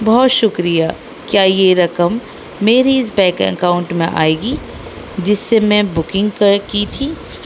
بہت شکریہ کیا یہ رقم میری اس بینک اکاؤنٹ میں آئے گی جس سے میں بکنگ کر کی تھی